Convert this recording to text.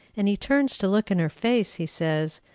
and he turns to look in her face, he says,